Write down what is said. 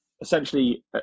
essentially